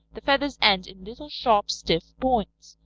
the feathers end in little, sharp, stiff points.